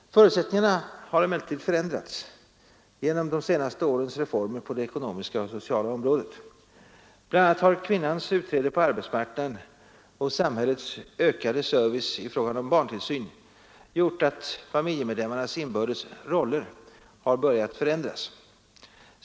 Förutsättningarna har emellertid förändrats genom de senaste årens reformer på det ekonomiska och sociala området. BI. a. har kvinnans utträde på arbetsmarknaden och samhällets ökade service i fråga om barntillsyn medfört att familjemedlemmarnas inbördes roller börjat förändras.